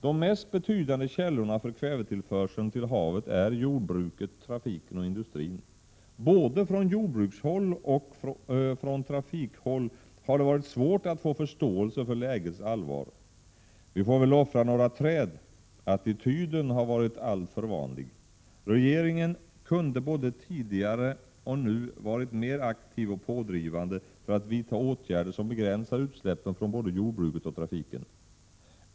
De mest betydande källorna för kvävetillförseln till havet är jordbruket, trafiken och industrin. Både på jordbrukssidan och på trafiksidan har det varit svårt att få förståelse för lägets allvar. ”Vi får väl offra några träd”-attityden har varit alltför vanlig. Regeringen kunde både tidigare och nu varit mera aktiv och pådrivande för att vidta åtgärder som begränsar utsläppen från såväl jordbruket som trafiken.